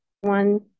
one